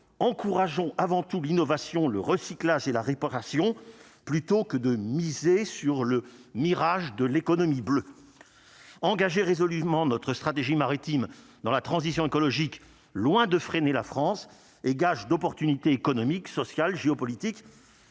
encourageons avant tout, l'innovation, le recyclage et la réparation plutôt que de miser sur le mirage de l'économie bleue engager résolument notre stratégie maritime dans la transition écologique, loin de freiner la France est gage d'opportunités économiques sociales géopolitique